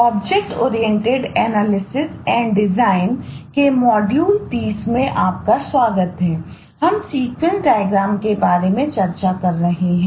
object oriented analysis and design के बारे में चर्चा कर रहे हैं